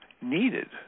needed